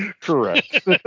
Correct